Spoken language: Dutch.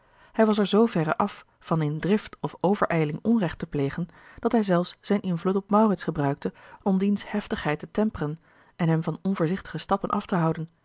hij was er zooverre af van in drift of overijling onrecht te plegen dat hij zelfs zijn invloed op maurits gebruikte om diens heftigheid te temperen en hem van onvoorzichtige stappen af te houden